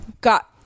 got